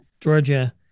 Georgia